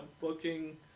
booking